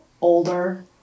older